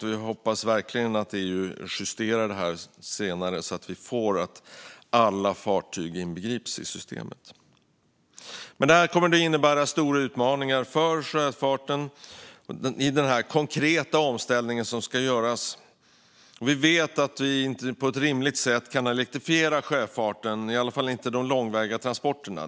Jag hoppas verkligen att EU justerar det här senare, så att alla fartyg inbegrips i systemet. Det här kommer att innebära stora utmaningar för sjöfarten i den konkreta omställning som ska göras. Vi vet att vi inte på ett rimligt sätt kan elektrifiera sjöfarten, i alla fall inte de långväga transporterna.